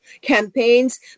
campaigns